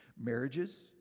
Marriages